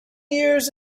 years